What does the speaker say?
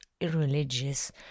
irreligious